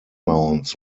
mounts